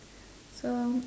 so